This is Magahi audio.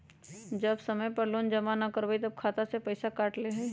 जब समय पर लोन जमा न करवई तब खाता में से पईसा काट लेहई?